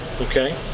Okay